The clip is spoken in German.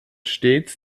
stets